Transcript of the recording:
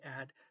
add